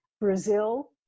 Brazil